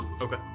Okay